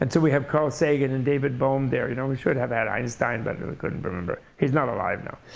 and so, we have carl sagan and david bohm there. you know we should have had einstein, but we couldn't remember. he's not alive now.